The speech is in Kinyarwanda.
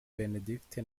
benedicte